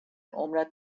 عمرت